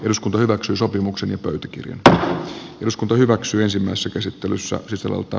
eduskunta hyväksyi sopimuksen joka tähtää eduskunta hyväksyi ensimmäisessä käsittelyssä sisällöltä